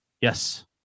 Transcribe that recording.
Yes